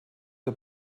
der